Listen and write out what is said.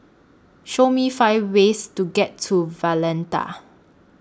Show Me five ways to get to Valletta